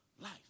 life